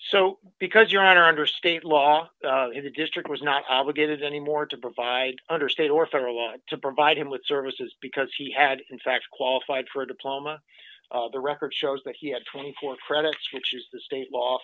so because you are under state law in the district was not obligated anymore to provide under state or federal law to provide him with services because he had in fact qualified for a diploma the record shows that he had twenty four credits which is the state law